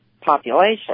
population